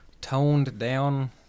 toned-down